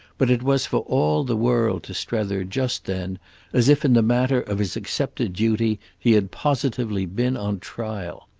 but it was for all the world to strether just then as if in the matter of his accepted duty he had positively been on trial.